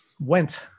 went